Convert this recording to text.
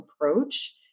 approach